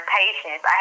patience